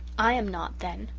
i am not, then,